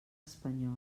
espanyol